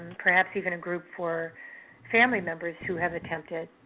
perhaps even a group for family members who have attempted,